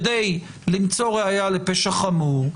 כדי למצוא ראיה לפשע חמור,